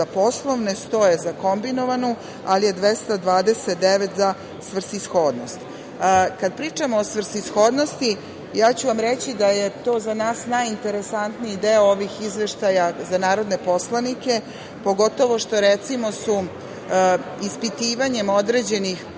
za poslovne, 100 je za kombinovanu, ali je 229 za svrsishodnost. Kad pričamo o svrsishodnosti, ja ću vam reći da je to za nas najinteresantniji deo ovih izveštaja za narodne poslanike, pogotovo što, recimo, su ispitivanjem određenih